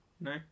No